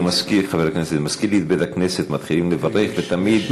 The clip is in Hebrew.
זה מזכיר לי את בית-הכנסת: מתחילים לברך ותמיד,